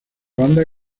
banda